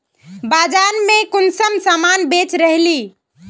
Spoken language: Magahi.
बाजार में कुंसम सामान बेच रहली?